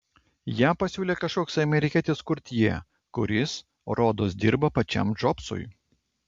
ją pasiūlė kažkoks amerikietis kurtjė kuris rodos dirba pačiam džobsui